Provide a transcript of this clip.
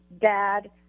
Dad